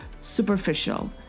superficial